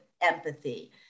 empathy